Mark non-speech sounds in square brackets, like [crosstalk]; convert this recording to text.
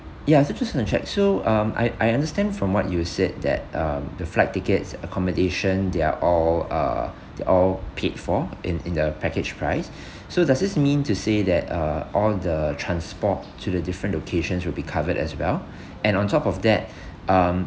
ya so just want to check so um I I understand from what you said that um the flight tickets accommodation they are all uh they are all paid for in in the package price [breath] so does this mean to say that uh all the transport to the different locations will be covered as well [breath] and on top of that [breath] um